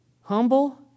Humble